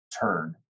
turn